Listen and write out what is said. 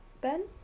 ben